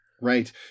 Right